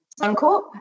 Suncorp